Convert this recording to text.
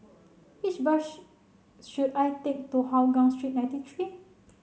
which bus should I take to Hougang Street ninety three